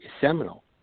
seminal